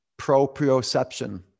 Proprioception